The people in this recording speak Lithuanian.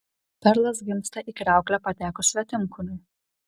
perlas gimsta į kriauklę patekus svetimkūniui